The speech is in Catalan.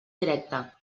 directe